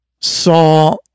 saw